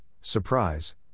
surprise